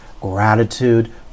Gratitude